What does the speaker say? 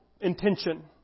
intention